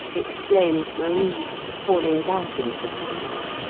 exclaimed marise, falling back in surprise.